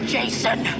Jason